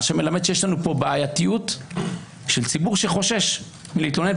זה מלמד שיש לנו פה בעייתיות של ציבור שחושש להתלונן.